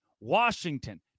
Washington